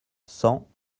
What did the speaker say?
cent